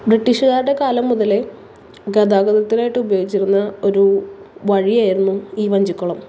ബ്രിട്ടീഷുകാരുടെ കാലം മുതൽ ഗതാഗതത്തിനായിട്ട് ഉപയോഗിച്ചിരുന്ന ഒരു വഴിയായിരുന്നു ഈ വഞ്ചിക്കുളം